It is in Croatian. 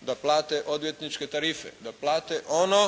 da plate odvjetničke tarife, da plate ono